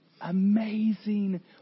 amazing